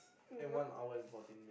and one hour and fourteen